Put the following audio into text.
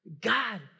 God